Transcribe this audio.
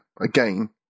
again